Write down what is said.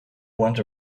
went